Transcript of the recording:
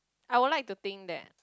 I would like to think that